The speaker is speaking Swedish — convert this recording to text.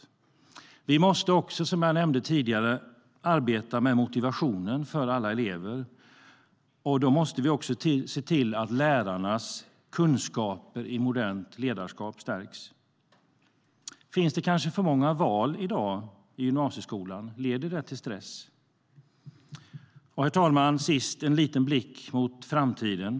Vi måste också, som jag nämnde tidigare, arbeta med motivationen för alla elever. Då måste vi se till att lärarnas kunskaper i modernt ledarskap stärks. Herr talman! Till sist en liten blick mot framtiden.